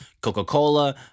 Coca-Cola